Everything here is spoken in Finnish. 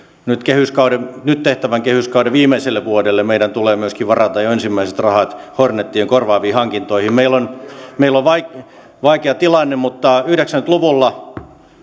nyt tehtävän kehyskauden viimeiselle vuodelle meidän tulee myöskin varata jo ensimmäiset rahat hornetit korvaaviin hankintoihin meillä on meillä on vaikea tilanne mutta yhdeksänkymmentä luvulla